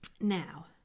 now